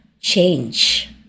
change